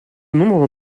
nombre